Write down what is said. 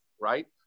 right